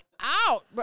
out